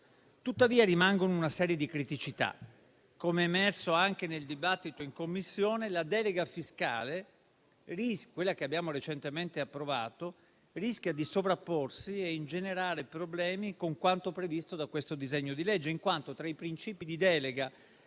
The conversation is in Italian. Tuttavia, rimane una serie di criticità. Come emerso anche nel dibattito in Commissione, la delega fiscale che abbiamo recentemente approvato rischia di sovrapporsi e ingenerare problemi con quanto previsto da questo disegno di legge, in quanto tra i princìpi di delega